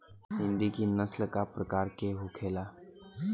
हिंदी की नस्ल का प्रकार के होखे ला?